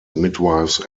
midwives